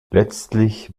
letztlich